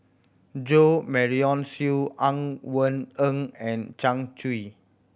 Jo Marion Seow Ang Wei Neng and Zhang Hui